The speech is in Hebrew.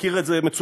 מכיר את זה מצוין.